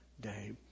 day